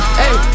hey